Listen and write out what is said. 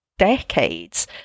Decades